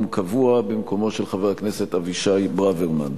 קבוע במקומו של חבר הכנסת אבישי ברוורמן.